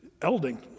elding